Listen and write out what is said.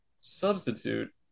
Substitute